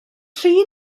tri